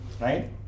Right